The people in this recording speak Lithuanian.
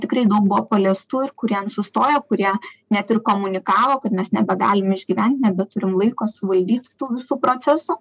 tikrai buvo paliestų ir kurie sustojo kurie net ir komunikavo kad mes nebegalim išgyvent nebeturim laiko suvaldyt tų visų procesų